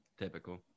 Typical